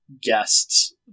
guests